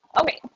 okay